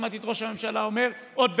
שמעתי את ראש הממשלה אומר עוד במרץ.